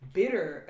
bitter